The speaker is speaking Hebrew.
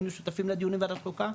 היינו שותפים לדיונים בוועדת חוקה,